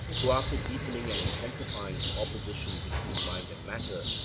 who after deepening and intensifying the opposition between mind and matter,